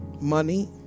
money